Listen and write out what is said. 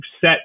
set